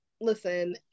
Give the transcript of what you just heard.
Listen